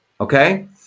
Okay